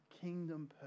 kingdom